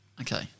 Okay